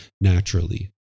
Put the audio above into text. naturally